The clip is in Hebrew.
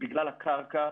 בגלל הקרקע,